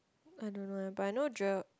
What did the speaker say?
I don't know eh but I know